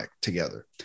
together